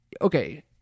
Okay